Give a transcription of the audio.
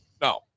no